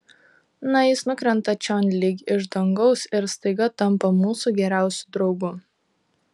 na jis nukrenta čion lyg iš dangaus ir staiga tampa mūsų geriausiu draugu